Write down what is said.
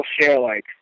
share-like